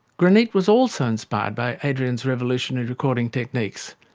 granit was also inspired by adrian's revolutionary recording techniques,